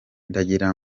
ndagira